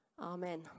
Amen